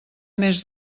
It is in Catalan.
més